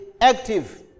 active